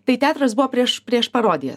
tai teatras buvo prieš prieš parodijas